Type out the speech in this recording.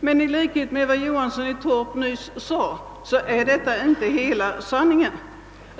Men, såsom herr Johansson i Torp nyss sade, vill jag framhålla att detta inte är hela sanningen.